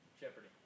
Jeopardy